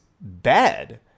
bad